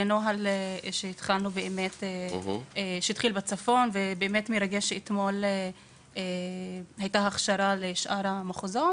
זה נוהל שהתחיל בצפון ונראה לי שאתמול הייתה הכשרה גם לשאר המחוזות.